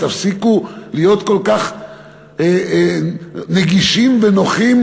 תפסיקו להיות כל כך נגישים ונוחים